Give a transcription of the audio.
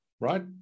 right